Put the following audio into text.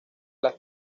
las